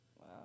Wow